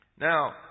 Now